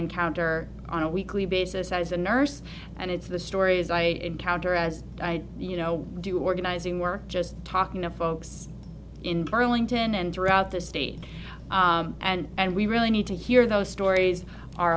encounter on a weekly basis as a nurse and it's the stories i encounter as i you know do organizing we're just talking to folks in burlington and throughout the state and we really need to hear those stories